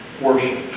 worship